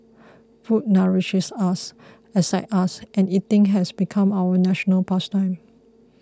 food nourishes us excites us and eating has become our national past time